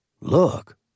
Look